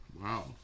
Wow